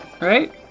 right